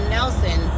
Nelson